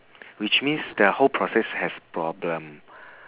which means the whole process has problem